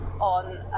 on